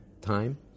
time